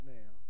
now